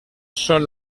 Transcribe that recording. son